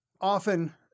often